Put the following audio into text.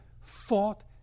fought